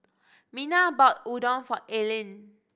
Mina bought Udon for Eileen